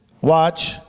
watch